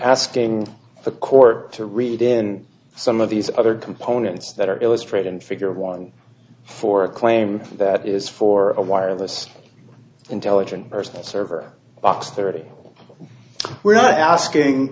asking the court to read in some of these other components that are illustrated in figure one for a claim that is for a wireless intelligent person a server box thirty we're not asking